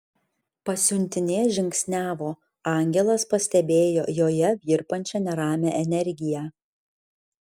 pasiuntinė žingsniavo angelas pastebėjo joje virpančią neramią energiją